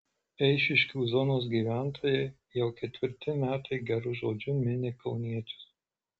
eišiškių zonos gyventojai jau ketvirti metai geru žodžiu mini kauniečius